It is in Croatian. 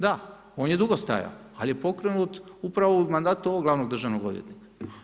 Da, on je dugo stajao, ali je pokrenut upravo u mandatu ovog glavnog državnog odvjetnika.